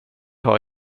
har